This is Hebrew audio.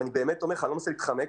אני באמת אומר שאיני רוצה להתחמק,